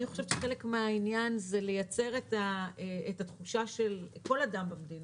אני חושבת שחלק מהעניין, לייצר לכל אדם במדינה,